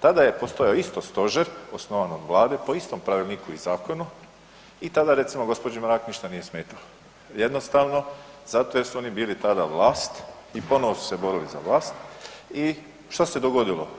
tada je postojao isto stožer osnovan od Vlade po istom pravilniku i zakonu i tada recimo gospođi Mrak ništa nije smetalo jednostavno zato jer su oni tada bili vlast i ponovo su se borili za vlast i što se dogodilo.